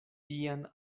tian